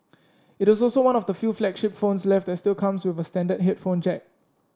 it is also one of the few flagship phones left that still comes with standard headphone jack